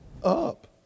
up